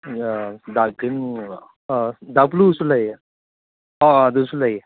ꯑꯥ dark green dark ꯕ꯭ꯂꯨꯁꯨ ꯂꯩꯌꯦ ꯑꯥ ꯑꯥ ꯑꯗꯨꯁꯨ ꯂꯩꯌꯦ